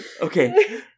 okay